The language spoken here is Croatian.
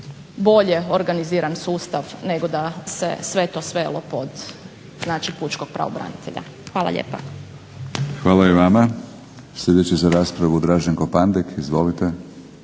bolje organiziran sustav, nego da se sve to svelo pod znači pučkog pravobranitelja. Hvala lijepa. **Batinić, Milorad (HNS)** Hvala i vama. Sljedeći za raspravu Draženko Pandek. Izvolite.